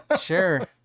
Sure